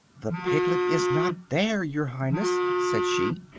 the piglet is not there, your highness, said she.